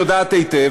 יודעת היטב,